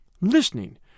Listening